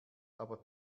aber